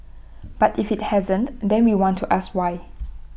but if IT hasn't then we want to ask why